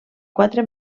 quatre